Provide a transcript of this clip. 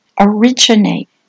originate